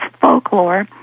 folklore